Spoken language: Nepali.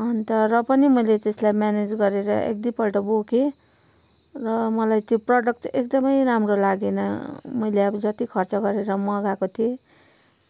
अन्त र पनि मैले त्यसलाई म्यानेज गरेर एक दुईपल्ट बोकेँ र मलाई त्यो प्रोडक्ट चाहिँ एकदमै राम्रो लागेन मैले अब जति खर्च गरेर मगाको थिएँ